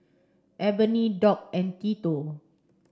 Ebony Doc and Tito